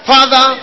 Father